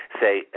say